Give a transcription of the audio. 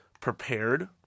prepared